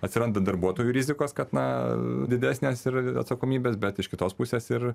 atsiranda darbuotojų rizikos kad na didesnės ir atsakomybės bet iš kitos pusės ir